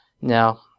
Now